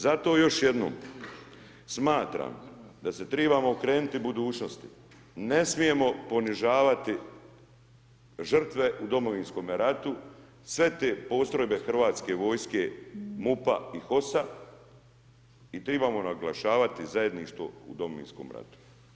Zato još jednom smatram da se trebamo okrenuti budućnosti, ne smijemo ponižavati žrtve u Domovinskome ratu, sve te postrojbe Hrvatske vojske, MUP-a i HOS-a i trebamo naglašavati zajedništvo u Domovinskom ratu.